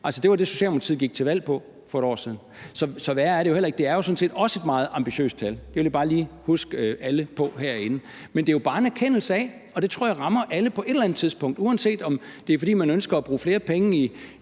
det var det, Socialdemokratiet gik til valg på for et år siden. Så værre er det jo heller ikke. Det er jo sådan set også et meget ambitiøst tal. Det vil jeg bare lige huske alle på herinde. Men det er jo bare en erkendelse af, og det tror jeg rammer alle på et eller andet tidspunkt, uanset om det er, fordi man ønsker at bruge flere penge